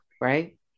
right